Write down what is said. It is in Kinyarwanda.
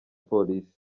police